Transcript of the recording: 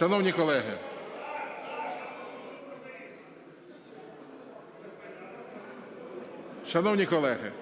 Шановні колеги! Шановні колеги,